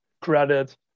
credit